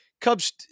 Cubs